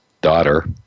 daughter